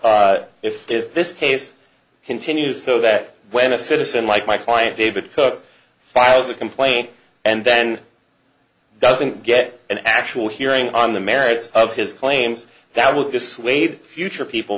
if if if this case continues so that when a citizen like my client david cook files a complaint and then doesn't get an actual hearing on the merits of his claims that will dissuade future people